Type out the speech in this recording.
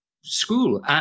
school